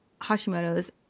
Hashimoto's